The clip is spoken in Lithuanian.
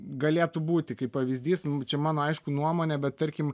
galėtų būti kaip pavyzdys čia mano aišku nuomonė bet tarkim